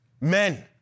men